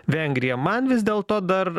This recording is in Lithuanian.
vengriją man vis dėlto dar